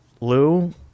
Lou